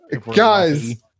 guys